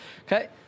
Okay